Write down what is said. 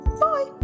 bye